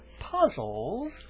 puzzles